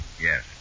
Yes